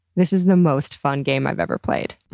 this is the most fun game i've ever played.